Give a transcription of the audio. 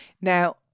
Now